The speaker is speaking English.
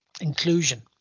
inclusion